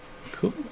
Cool